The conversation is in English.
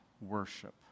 worship